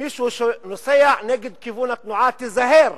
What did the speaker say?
מישהו נוסע כנגד כיוון התנועה, תיזהר.